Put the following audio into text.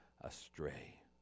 astray